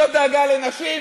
זאת דאגה לנשים?